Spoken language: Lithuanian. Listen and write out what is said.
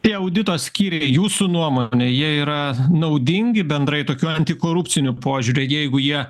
tai audito skyriai jūsų nuomone jie yra naudingi bendrai tokiu antikorupciniu požiūriu jeigu jie